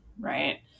Right